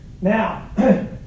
Now